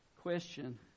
question